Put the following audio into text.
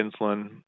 insulin